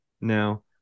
now